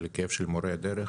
לכאב של מורי הדרך.